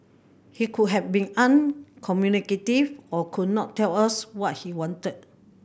he could have been uncommunicative or could not tell us what he wanted